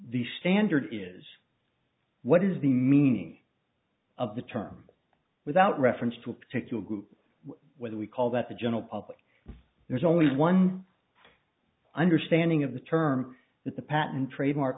the standard is what is the meaning of the term without reference to a particular group whether we call that the general public there's only one understanding of the term that the patent trademark